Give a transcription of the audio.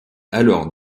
alors